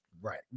right